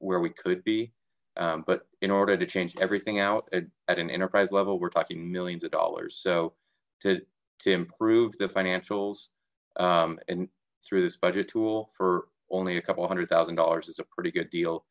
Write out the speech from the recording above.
where we could be but in order to change everything out at an enterprise level we're talking millions of dollars so to to improve the financials and through this budget tool for only a couple hundred thousand dollars it's a pretty good deal